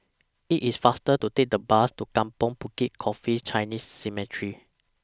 IT IS faster to Take The Bus to Kampong Bukit Coffee Chinese Cemetery